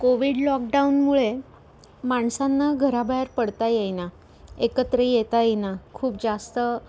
Covid लॉकडाऊनमुळे माणसांना घराबाहेर पडता येईना एकत्र येता येईना खूप जास्त